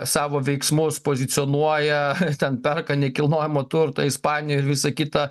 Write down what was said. savo veiksmus pozicionuoja ten perka nekilnojamą turtą ispanijoj ir visa kita